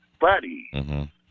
buddy